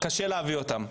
שקשה להביא את הצוותים,